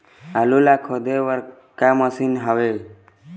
आलू ला खोदे बर का मशीन हावे?